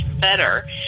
better